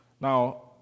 Now